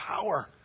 power